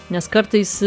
nes kartais